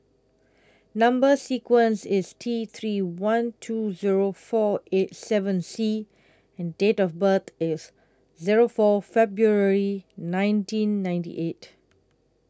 Number sequence IS T three one two Zero four eight seven C and Date of birth IS Zero four February nineteen ninety eight